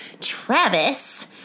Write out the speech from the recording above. Travis